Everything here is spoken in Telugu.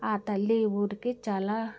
ఆ తల్లి ఊరికి చాలా